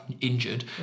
injured